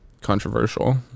controversial